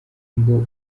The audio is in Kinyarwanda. ngo